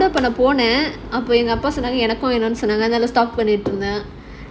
order பண்ணபோனேன் அப்போ எங்க அப்பா சொன்னாங்க இன்னொன்னு போட்டு விற்றுங்கனு:panna ponaen appo enga appa sonnaanga innonnu potu vitrunganu